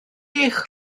eich